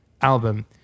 album